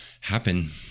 happen